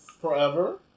forever